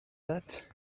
that